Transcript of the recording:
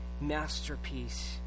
masterpiece